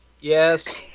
Yes